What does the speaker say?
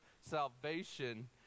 salvation